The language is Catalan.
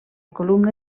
columna